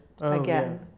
again